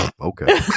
Okay